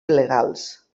il·legals